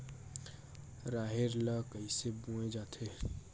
राहेर ल कइसे बोय जाथे?